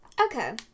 Okay